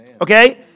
Okay